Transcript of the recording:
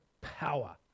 power